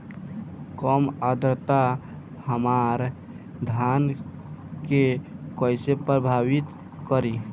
कम आद्रता हमार धान के कइसे प्रभावित करी?